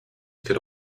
could